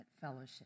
fellowship